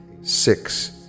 six